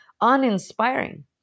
uninspiring